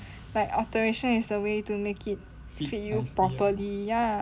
the alteration is a way to make it fit you properly ya